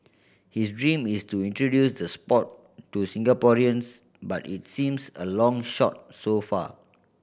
his dream is to introduce the sport to Singaporeans but it seems a long shot so far